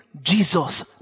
Jesus